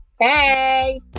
Hey